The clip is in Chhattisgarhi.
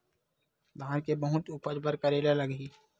धान के बहुत उपज बर का करेला लगही?